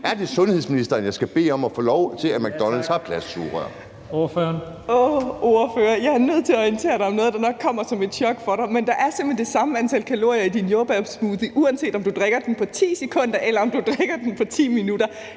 næstformand (Leif Lahn Jensen): Ordføreren. Kl. 15:17 Mette Abildgaard (KF): Åh, ordfører, jeg er nødt til at orientere dig om noget, der nok kommer som et chok for dig, men der er simpelt hen det samme antal kalorier i din jordbærsmoothie, uanset om du drikker den på 10 sekunder, eller om du drikker den på 10 minutter.